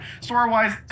Story-wise